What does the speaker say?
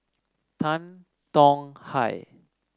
Tan Tong Hye